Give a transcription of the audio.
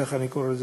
כך אני קורא לזה.